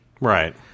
Right